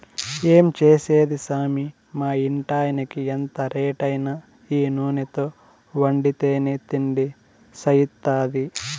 ఏం చేసేది సామీ మా ఇంటాయినకి ఎంత రేటైనా ఈ నూనెతో వండితేనే తిండి సయిత్తాది